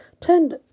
turned